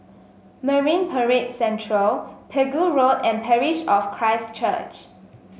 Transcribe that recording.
Marine Parade Central Pegu Road and Parish of Christ Church